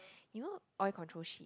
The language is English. you know oil control sheet